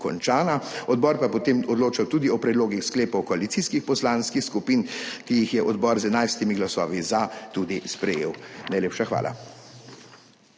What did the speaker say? končana. Odbor pa je potem odločal tudi o predlogih sklepov koalicijskih poslanskih skupin, ki jih je odbor z 11 glasovi za tudi sprejel. Najlepša hvala.